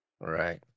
right